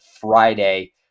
Friday